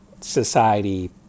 society